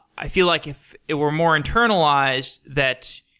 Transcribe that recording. i feel like if it were more internalized that,